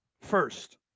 first